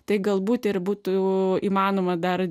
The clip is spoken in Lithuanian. tai galbūt ir būtų įmanoma dar